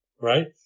right